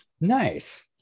Nice